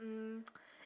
mm